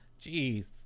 Jeez